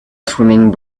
swimming